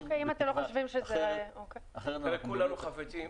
בתקווה --- כולנו חפצים,